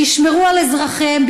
שישמרו על אזרחיהם,